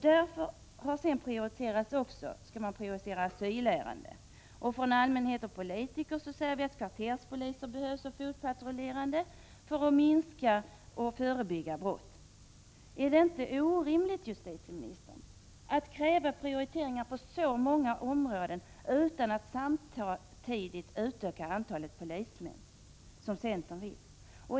Dessutom skall polisen prioritera asylärenden. Allmänheten och vi politiker säger att kvarterspoliser och fotpatrullerande poliser behövs för att minska och förebygga brott. Är det inte orimligt, herr justitieminister, att kräva prioriteringar på så många områden utan att samtidigt utöka antalet polismän, som centern vill?